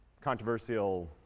controversial